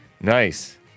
Nice